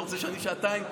אתה רוצה שאני אהיה שעתיים?